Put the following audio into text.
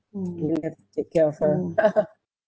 you have to take care of her